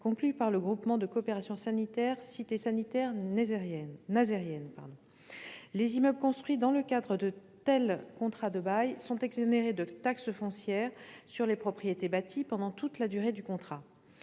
conclu par le groupement de coopération sanitaire « Cité sanitaire nazairienne ». Les immeubles construits dans le cadre de tels contrats de bail sont exonérés de taxe foncière sur les propriétés bâties pendant toute la durée du contrat.